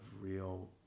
real